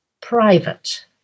private